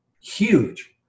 huge